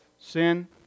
sin